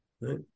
right